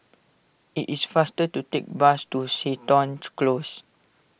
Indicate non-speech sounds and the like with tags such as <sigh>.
it is faster to take the bus to Seton <unintelligible> Close